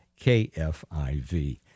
KFIV